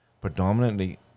Predominantly